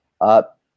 up